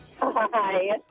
Hi